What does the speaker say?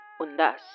undas